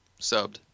Subbed